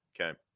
Okay